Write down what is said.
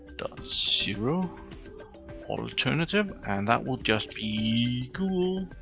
zero alternative. and that will just be google.